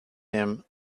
them